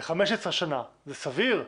15 שנה זה סביר?